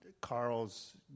Carl's